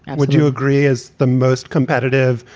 and would you agree, is the most competitive,